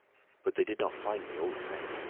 but they did not find me all the same.